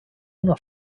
una